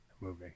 movie